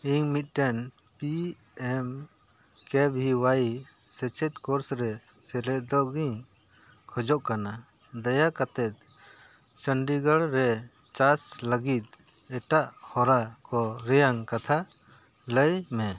ᱤᱧ ᱢᱤᱫᱴᱮᱱ P M K V Y ᱥᱮᱪᱮᱫ ᱠᱳᱨᱥ ᱨᱮ ᱥᱮᱞᱮᱫᱚᱜ ᱤᱧ ᱠᱷᱚᱡᱚᱜ ᱠᱟᱱᱟ ᱫᱟᱭ ᱠᱟᱛᱮᱫ ᱪᱚᱱᱰᱤᱜᱚᱲ ᱨᱮ ᱪᱟᱨᱡᱽ ᱞᱟᱹᱜᱤᱫ ᱮᱴᱟᱜ ᱦᱚᱨᱟ ᱠᱚ ᱨᱮᱭᱟᱝ ᱠᱟᱛᱷᱟ ᱞᱟᱹᱭ ᱢᱮ